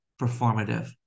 performative